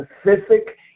specific